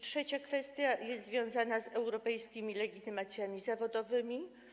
Trzecia kwestia jest związana z europejskimi legitymacjami zawodowymi.